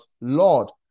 Lord